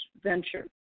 venture